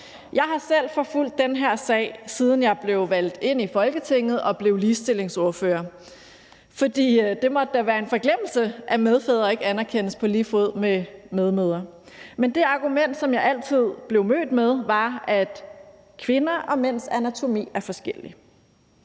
Jeg har selv forfulgt den her sag, siden jeg blev valgt ind i Folketinget og blev ligestillingsordfører, for det måtte da være en forglemmelse, at medfædre ikke anerkendes på lige fod med medmødre. Men det argument, som jeg altid blev mødt med, var, at kvinders og mænds anatomi er forskellig.